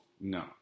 No